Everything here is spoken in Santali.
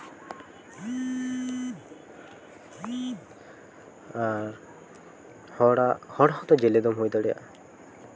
ᱟᱨ ᱦᱚᱲᱟᱜ ᱦᱚᱲ ᱦᱚᱸᱛᱚ ᱡᱮᱞᱮ ᱫᱚᱢ ᱦᱩᱭ ᱫᱟᱲᱮᱭᱟᱜᱼᱟ